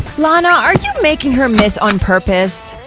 lana, aren't you making her miss on purpose?